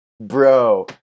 Bro